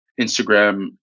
Instagram